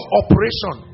operation